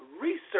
Research